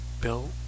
Bill